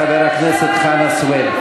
חבר הכנסת חנא סוייד.